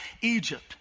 Egypt